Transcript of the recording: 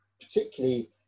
particularly